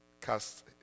cast